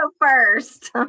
first